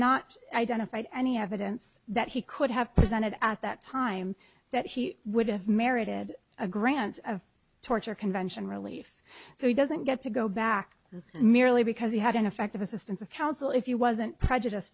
not identified any evidence that he could have presented at that time that he would have merited a grant of torture convention relief so he doesn't get to go back merely because he had an effective assistance of counsel if you wasn't prejudice